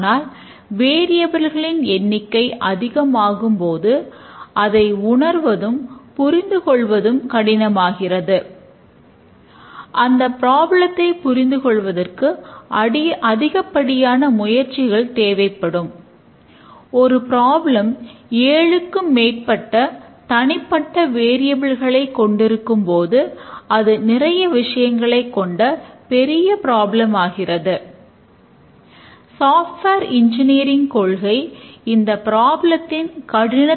இது மிகவும் எளிமையான மாடல் 'பொருத்து கதவுகளை' 'பொருத்து சக்கரங்களை' மற்றும் வர்ணம் மற்றும் சோதனை என்ற வினைச்சொல் அமைப்பில் தொடங்குகின்றன